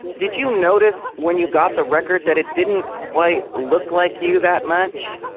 did you notice when you got the record that it didn't quite look like you that much?